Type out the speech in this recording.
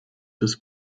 des